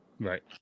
Right